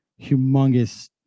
humongous